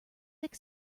thick